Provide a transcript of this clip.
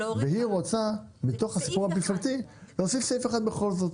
היא רוצה מתוך הסיפור המפלגתי להוסיף סעיף אחד בכל זאת,